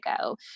go